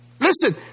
Listen